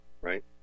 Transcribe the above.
right